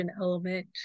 element